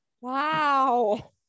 Wow